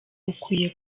ukwiye